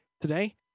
today